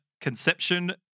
conception